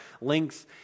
links